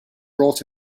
brought